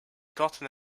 gotten